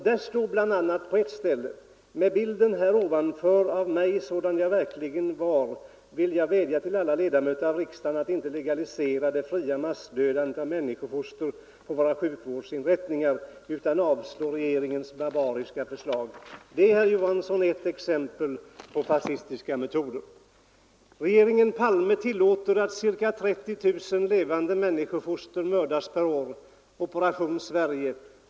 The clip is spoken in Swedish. Där står bl.a.: ”Med bilden härovanför av mig sådan jag verkligen var vill jag vädja till alla ledamöter av riksdagen att inte legalisera det fria massdödandet av människofoster på våra sjukvårdsinrättningar utan avslå regeringens barbariska förslag ———.” Det är, herr Johansson, ett exempel på fascistiska metoder. ”Regeringen Palme tillåter att cirka 30 000 levande människofoster mördas per år! ” Så skriver Operation Sverige.